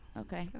Okay